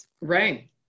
Right